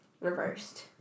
reversed